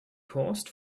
paused